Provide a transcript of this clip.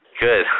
good